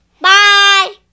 Bye